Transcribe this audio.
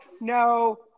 no